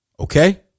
Okay